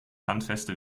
handfeste